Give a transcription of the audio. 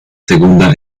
segunda